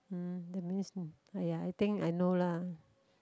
mm that means !aiya! I think I know lah